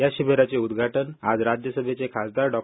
या शिबिराचे उद्घाटन आज राज्यसभेचे खासदार डॉ